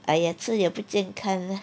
!aiya! 吃也不健康 lah